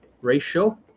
ratio